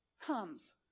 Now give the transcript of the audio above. comes